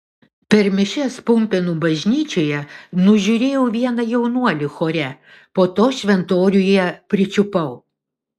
per mišias pumpėnų bažnyčioje nužiūrėjau vieną jaunuolį chore po to šventoriuje pričiupau